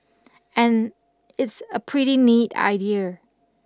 and it's a pretty neat idea